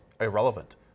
irrelevant